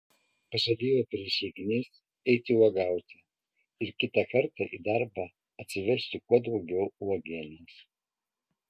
pažadėjau per išeigines eiti uogauti ir kitą kartą į darbą atsivežti kuo daugiau uogienės